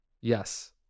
Yes